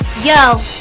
Yo